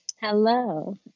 hello